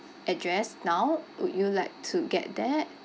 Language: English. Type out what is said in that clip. address now would you like to get that